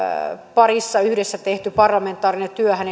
parissa yhdessä tehty parlamentaarinen työhän